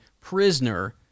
prisoner